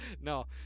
no